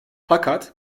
fakat